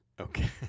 Okay